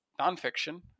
nonfiction